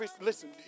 Listen